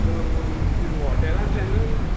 हॉटेला आसले न्हू